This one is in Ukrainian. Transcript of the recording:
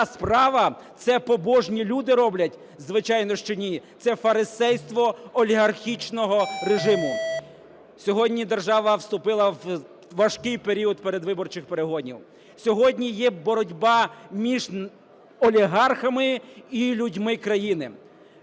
Це побожні люди роблять? Звичайно, що ні. Це – фарисейство олігархічного режиму. Сьогодні держава вступила в важкий період передвиборчих перегонів, сьогодні є боротьба між олігархами і людьми країни.